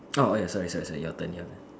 orh ya sorry sorry sorry your turn your turn